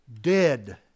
dead